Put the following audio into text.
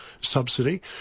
subsidy